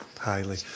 Highly